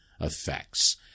effects